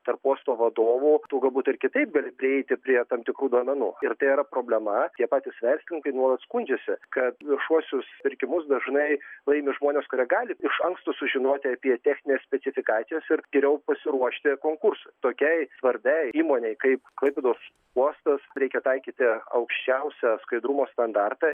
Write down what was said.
tarp uosto vadovų tu galbūt ir kitaip gali prieiti prie tam tikrų duomenų ir tai yra problema tie patys verslininkai nuolat skundžiasi kad viešuosius pirkimus dažnai laimi žmonės kurie gali iš anksto sužinoti apie technines specifikacijas ir geriau pasiruošti konkursui tokiai svarbiai įmonei kaip klaipėdos uostas reikia taikyti aukščiausią skaidrumo standartą